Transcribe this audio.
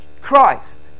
Christ